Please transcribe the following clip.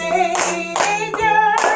Savior